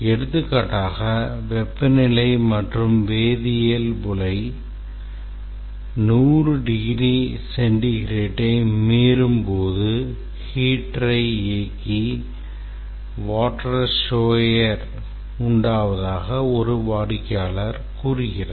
எடுத்துக்காட்டாக வெப்பநிலை மற்றும் வேதியியல் உலை 100 டிகிரி சென்டிகிரேட்டை மீறும் போது ஹீட்டரை இயக்கி water shower வதாக ஒரு வாடிக்கையாளர் கூறுகிறார்